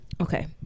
okay